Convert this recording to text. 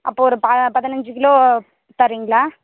அப்போ ஒரு பா பதினஞ்சு கிலோ தரிங்களா